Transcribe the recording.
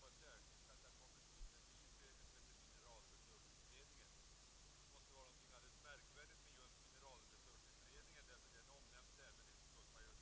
Herr Svanberg nämner i sammanhanget mineralresursutredningen, och det måste vara något alldeles speciellt med den eftersom den också nämns i utskottsbetänkandet.